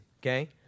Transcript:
okay